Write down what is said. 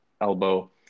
elbow